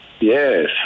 Yes